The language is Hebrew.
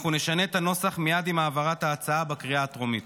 אנחנו נשנה את הנוסח מייד עם העברת ההצעה בקריאה הטרומית.